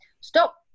Stop